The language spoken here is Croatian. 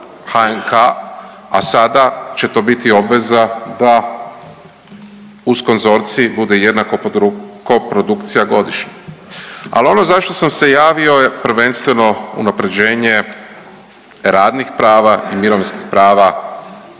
HNK, a sada će to biti obveza da uz konzorcij bude jednako koprodukcija godišnje. Al ono zašto sam se javio je prvenstveno unaprjeđenje radnih prava i mirovinskih prava